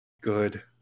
good